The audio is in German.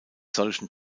solchen